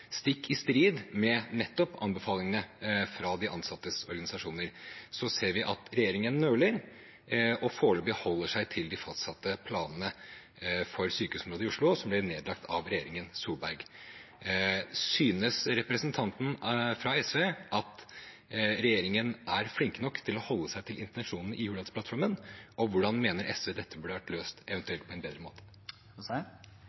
stikk i strid med nettopp anbefalingene fra de ansattes organisasjoner, nøler regjeringen, og holder seg foreløpig til de fastsatte planene for sykehusområdet i Oslo, som ble nedlagt av regjeringen Solberg. Synes representanten fra SV at regjeringen er flinke nok til å holde seg til intensjonene i Hurdalsplattformen, og hvordan mener SV dette eventuelt burde vært løst på en bedre måte? Jeg